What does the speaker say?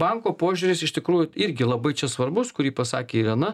banko požiūris iš tikrųjų irgi labai čia svarbus kurį pasakė irena